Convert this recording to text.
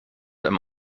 einem